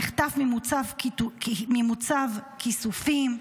נחטף ממוצב כיסופים.